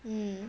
mm